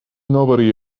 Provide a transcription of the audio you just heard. nobody